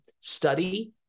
study